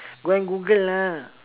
go and Google lah